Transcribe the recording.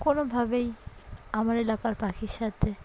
কোনোভাবেই আমার এলাকার পাখির সাথে